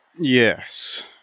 Yes